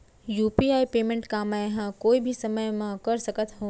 UPI payment का मैं ह कोई भी समय म कर सकत हो?